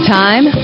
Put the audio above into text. time